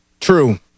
True